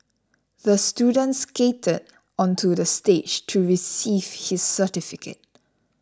the student skated onto the stage to receive his certificate